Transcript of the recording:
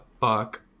fuck